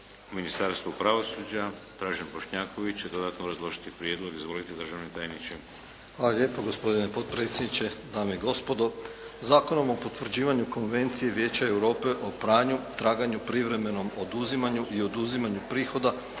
Ministarstvu pravosuđa, Dražen Bošnjaković će dodatno obrazložiti prijedlog. Izvolite državni tajniče. **Bošnjaković, Dražen (HDZ)** Hvala lijepo gospodine potpredsjedniče, dame i gospodo. Zakonom o potvrđivanju Konvencije Vijeća Europe o pranju, traganju, privremenom oduzimanju i oduzimanju prihoda